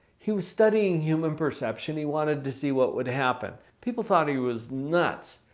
he was studying human perception. he wanted to see what would happen. people thought he was nuts.